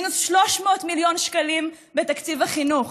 מינוס 300 מיליון שקלים בתקציב החינוך.